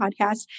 podcast